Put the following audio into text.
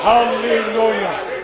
Hallelujah